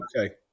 okay